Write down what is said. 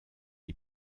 est